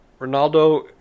Ronaldo